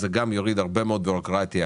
זה גם יוריד הרבה מאוד בירוקרטיה